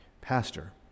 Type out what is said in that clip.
Pastor